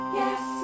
yes